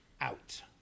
out